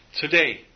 Today